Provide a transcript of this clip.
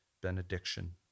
benediction